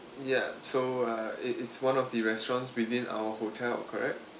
ya so uh it is one of the restaurants within our hotel correct